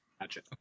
Gotcha